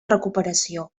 recuperació